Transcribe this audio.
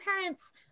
parents